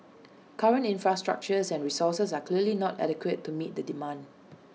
current infrastructure and resources are clearly not adequate to meet the demand